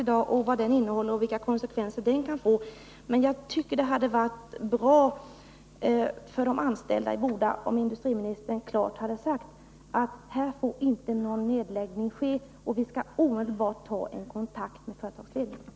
Vi får se vad den innehåller och vilka konsekvenser dess förslag kan få. Men jag tycker att det hade varit bra för de anställda i Boda om industriministern klart hade sagt: Här får inte någon nedläggning ske, och vi skall omedelbart ta kontakt med företagsledningen.